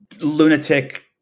lunatic